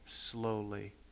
slowly